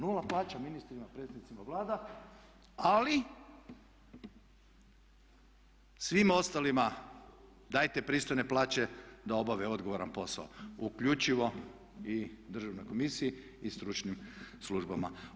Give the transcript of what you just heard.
Nula plaća ministrima, predsjednicima Vlada ali svima ostalima dajte pristojne plaće da obave odgovoran posao uključivo i državnoj komisiji i stručnim službama.